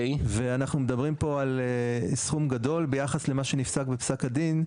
אנחנו מדברים פה על סכום גדול ביחס למה שנפסק בפסק הדין,